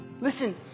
Listen